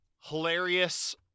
hilarious